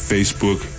Facebook